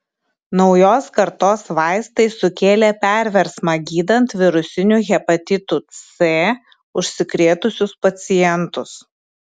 naujos kartos vaistai sukėlė perversmą gydant virusiniu hepatitu c užsikrėtusius pacientus